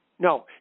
No